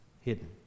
hidden